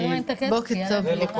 תודה.